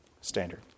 standard